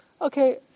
Okay